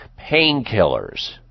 painkillers